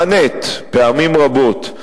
ונענית פעמים רבות,